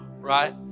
right